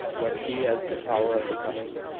what he has the power of becoming.